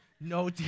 no